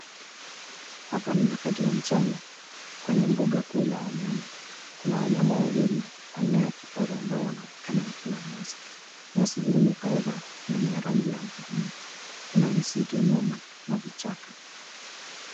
Hapa ni wakati wa mchana kwenye mbuga kuu la wanyama. Kuna wanyama wawili aina ya kifaru ambao wanaonekana wakila nyasi . Nyasi hii imekauka na ni ya rangi ya hudhurungi. Kuna misitu nyuma na vichaka.